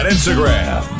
Instagram